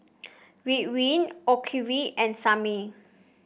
Ridwind Ocuvite and Sebamed